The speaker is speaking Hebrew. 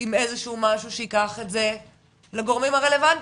עם איזשהו משהו שייקח את זה לגורמים הרלוונטיים.